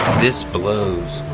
this blows.